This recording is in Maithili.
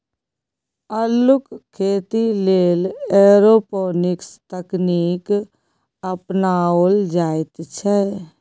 अल्लुक खेती लेल एरोपोनिक्स तकनीक अपनाओल जाइत छै